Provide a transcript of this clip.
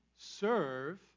serve